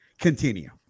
continue